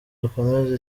dukomeza